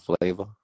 flavor